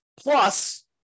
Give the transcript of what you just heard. Plus